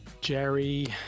jerry